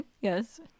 yes